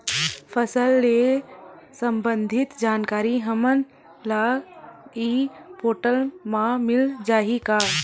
फसल ले सम्बंधित जानकारी हमन ल ई पोर्टल म मिल जाही का?